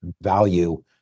value